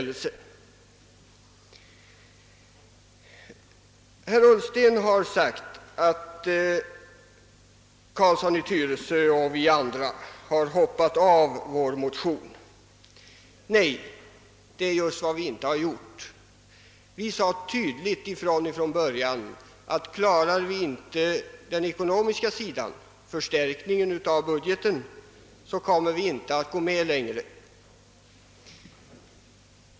| Herr Ullsten har sagt att herr Carlsson i Tyresö och vi andra har hoppat av vår motion. Det har vi inte gjort. Vi sade tydligt ifrån att om vi inte kan klara en förstärkning av budgeten kommer vi inte att hålla fast vid motionen.